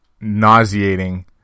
nauseating